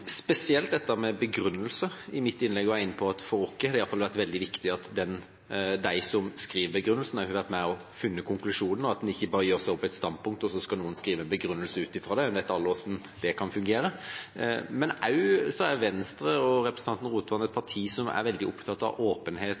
spesielt dette med begrunnelse. I mitt innlegg var jeg inne på at for oss har det i hvert fall vært veldig viktig at de som skriver begrunnelsen, også har vært med på å finne konklusjonen, og at man ikke bare gjør seg opp en mening, og så skal noen skrive en begrunnelse ut fra det. Vi vet alle hvordan det kan fungere. Partiet Venstre og representanten Rotevatn er veldig opptatt av åpenhet,